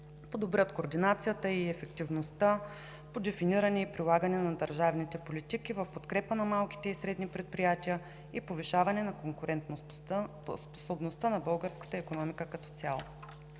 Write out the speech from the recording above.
подобрят координацията и ефективността по дефиниране и прилагане на държавните политики в подкрепа на малките и средни предприятия и повишаване на конкурентоспособността на българската икономика като цяло.